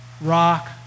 rock